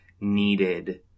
needed